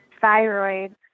thyroid